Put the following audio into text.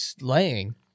laying